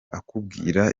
akubwira